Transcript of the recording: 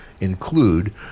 include